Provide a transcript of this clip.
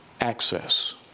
access